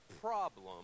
problem